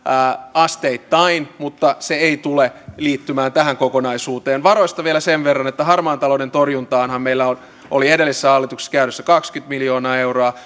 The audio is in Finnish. asteittain mutta se ei tule liittymään tähän kokonaisuuteen varoista vielä sen verran että harmaan talouden torjuntaanhan meillä oli edellisessä hallituksessa käytössä kaksikymmentä miljoonaa euroa